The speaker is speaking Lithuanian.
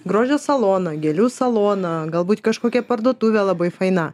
grožio saloną gėlių saloną galbūt kažkokia parduotuvė labai faina